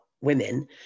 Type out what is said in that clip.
women